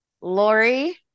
Lori